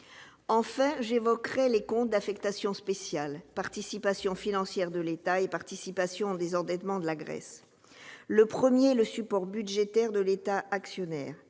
Enfin, j'évoquerai les comptes d'affectation spéciale « Participations financières de l'État » et « Participation au désendettement de la Grèce ». Le premier est le support budgétaire de l'État actionnaire.